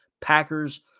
Packers